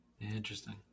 Interesting